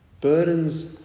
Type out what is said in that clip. burdens